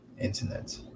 internet